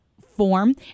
form